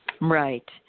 Right